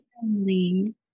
Family